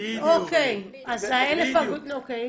אלה שני דברים שונים.